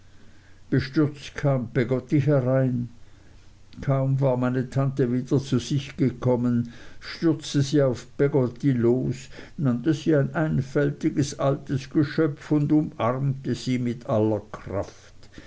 bestürzt kam peggotty herein kaum war meine tante wieder zu sich gekommen stürzte sie auf peggotty los nannte sie ein einfältiges altes geschöpf und umarmte sie mit aller kraft